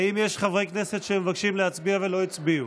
האם יש חברי כנסת שמבקשים להצביע ולא הצביעו?